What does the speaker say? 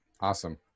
Awesome